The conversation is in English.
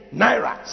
naira